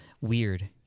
weird